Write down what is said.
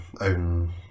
own